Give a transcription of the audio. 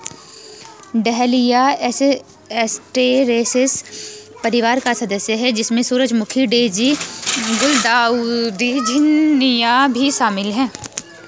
dahlia Asteraceae परिवार का सदस्य है, जिसमें सूरजमुखी, डेज़ी, गुलदाउदी, झिननिया भी शामिल है